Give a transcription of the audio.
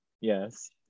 yes